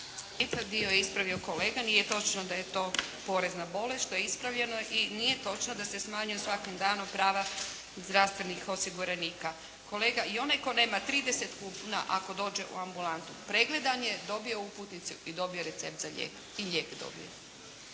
Nije točno da je to porez na bolest, što je ispravljeno. I nije točno da se smanjuju svakim danom prava zdravstvenih osiguranika. Kolega, i onaj koji nema 30 kuna, ako dođe u ambulantu pregledan je, dobio je uputnicu i dobio je recept za lijek i lijek dobio.